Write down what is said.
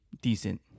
decent